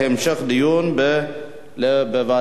התשע"ב 2012, של חבר הכנסת גאלב